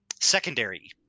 secondary